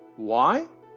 why?